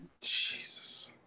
Jesus